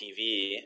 TV